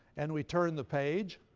and we turn the page,